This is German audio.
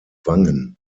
wangen